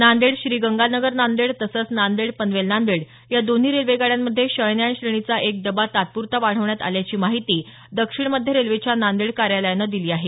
नांदेड श्रीगंगानगर नांदेड तसंच नांदेड पनवेल नांदेड या दोन्ही रेल्वेगाड्यांमध्ये शयनयान श्रेणीचा एक डबा तात्प्रता वाढवण्यात आल्याची माहिती दक्षिण मध्य रेल्वेच्या नांदेड कार्यालयानं दिली आहे